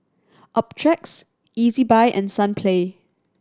Optrex Ezbuy and Sunplay